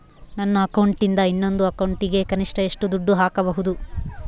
ನನ್ನ ಅಕೌಂಟಿಂದ ಇನ್ನೊಂದು ಅಕೌಂಟಿಗೆ ಕನಿಷ್ಟ ಎಷ್ಟು ದುಡ್ಡು ಹಾಕಬಹುದು?